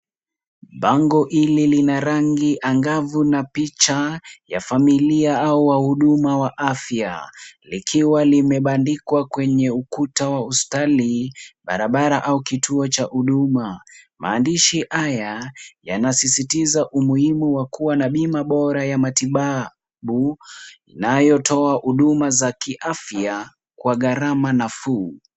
Bango hili lina rangi angavu na picha ya familia au wahuduma wa afya likiwa limebandikwa kwenye ukuta wa hospitali, barabara au kituo cha huduma. Maandishi haya yanasisitiza umuhimu wa kuwa na bima bora ya matibabu inayotoa huduma za kiafya kwa gharama nafuu.